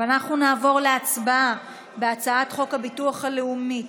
אנחנו נעבור להצבעה על הצעת חוק הביטוח הלאומי (תיקון,